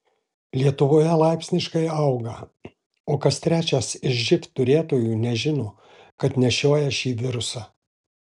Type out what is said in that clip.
lietuvoje laipsniškai auga o kas trečias iš živ turėtojų nežino kad nešioja šį virusą